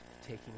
taking